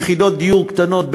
יחידות דיור קטנות,